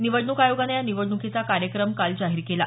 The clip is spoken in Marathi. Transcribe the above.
निवडणूक आयोगानं या निवडणुकीचा कार्यक्रम काल जाहीर केला